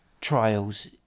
trials